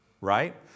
right